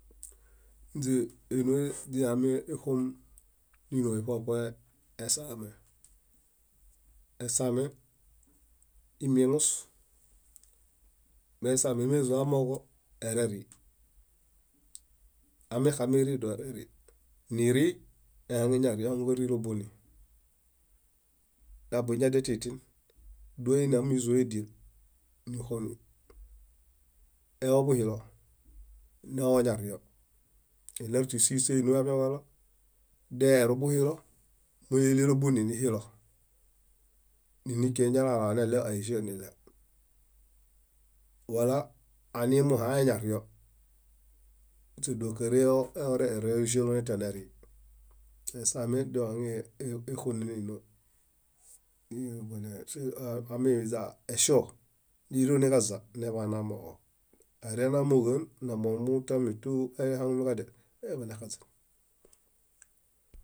. Ínze ínoheźiɦamexom nínoheṗohe ṗohe: esaame. Esaame imieŋus meesame meezo amooġo, eereri. Amixamiri, eereri. Niri, ehaŋu karilo buni abuñadial titin. Dóene amizoediel níxom. Ewobuhilo newoñaɽio eɭeru tísino afiamiġalo daeworubuhilo, eleɭelo buni nihilo nindiken eñalala neɭew áija niɭew. Wala animbuɦae ñaɽio; muśe dóġaree oworerii eworejalo netiam nerii. Esaame doɦaŋexonen énoo emeźa eŝio, néyiro niġaza, neḃanamooġo eereloom amooġo aón momuintomo tú ehaŋumiġadial eyaḃanexaźen.